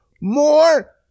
more